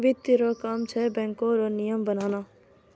वित्त रो काम छै बैको रो नियम बनाना